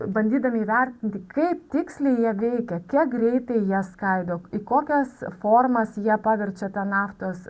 bandydami įvertinti kaip tiksliai jie veikia kiek greitai jie skaido į kokias formas jie paverčia tą naftos